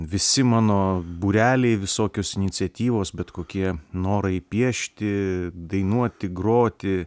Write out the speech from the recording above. visi mano būreliai visokios iniciatyvos bet kokie norai piešti dainuoti groti